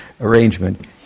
arrangement